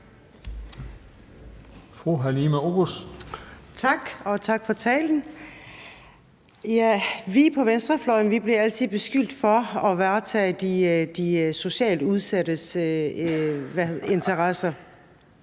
Tak, og tak for talen. Vi på venstrefløjen bliver altid beskyldt for at varetage de socialt udsattes interesser.